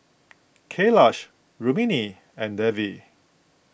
Kailash Rukmini and Devi